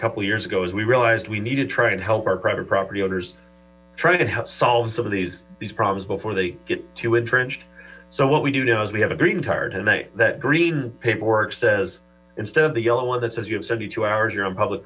couple of years ago as we realized we need to try and help our private property owners try and help solve some of these these problems before they get to entrenched so what we do now is we have a green card tonight that green paperwork says instead of the yellow one that says you have seventy two hours you're on public